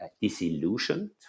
disillusioned